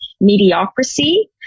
mediocrity